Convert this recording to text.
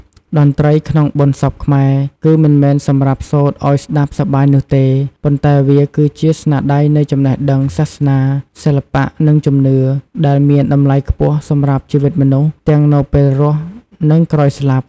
តន្ត្រីក្នុងបុណ្យសពខ្មែរ គឺមិនមែនសម្រាប់សូត្រឲ្យស្ដាប់សប្បាយនោះទេ ប៉ុន្តែវាគឺជាស្នាដៃនៃចំណេះដឹងសាសនា សិល្បៈ និងជំនឿ ដែលមានតម្លៃខ្ពស់សម្រាប់ជីវិតមនុស្ស ទាំងនៅពេលរស់ និងក្រោយស្លាប់។